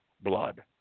blood